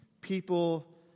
people